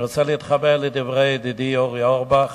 אני רוצה להתחבר לדברי ידידי אורי אורבך